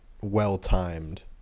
well-timed